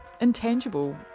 intangible